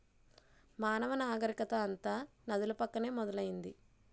మానవ నాగరికత అంతా నదుల పక్కనే మొదలైంది